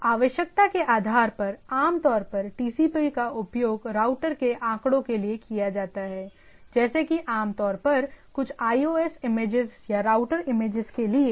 तो आवश्यकता के आधार पर आमतौर पर टीसीपी का उपयोग राउटर के आंकड़ों के लिए किया जाता है जैसे कि आमतौर पर कुछ iOS इमेजेस या राउटर इमेजेस के लिए